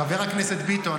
חבר הכנסת ביטון,